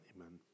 Amen